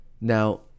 Now